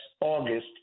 August